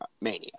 Mania